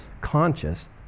conscious